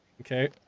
Okay